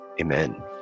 Amen